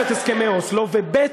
את הסכמי אוסלו, וב.